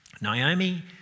Naomi